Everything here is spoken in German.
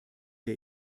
der